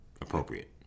appropriate